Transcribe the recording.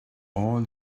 all